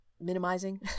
minimizing